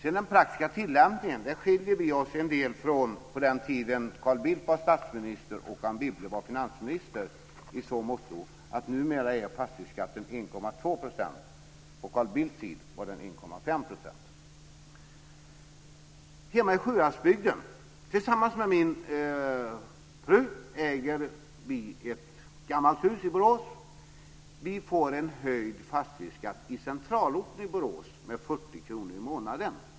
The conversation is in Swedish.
Den praktiska tillämpningen skiljer sig en del åt från den tid då Carl Bildt var statsminister och Anne Wibble finansminister i så måtto att fastighetsskatten numera är 1,2 %. På Carl Bildts tid var den 1,5 %. Hemma i Sjuhäradsbygden äger jag tillsammans med min fru ett gammalt hus i Borås. Vi får en höjd fastighetsskatt i centralorten Borås med 40 kr i månaden.